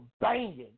banging